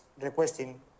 requesting